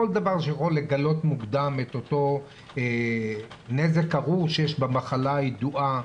כל דבר שיכול לגלות מוקדם את אותו נזק ארור שיש במחלה הידועה,